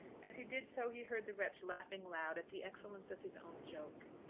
as he did so he heard the wretch laughing loud at the excellence of his own joke.